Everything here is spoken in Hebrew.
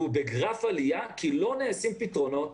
כי לא נמצאים פתרונות.